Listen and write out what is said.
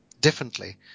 differently